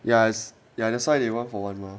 ya ya that's why they one for one mah